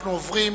אנחנו עוברים